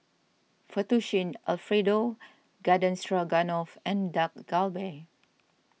Fettuccine Alfredo Garden Stroganoff and Dak Galbi